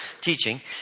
teaching